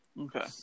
Okay